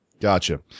Gotcha